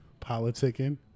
politicking